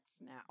now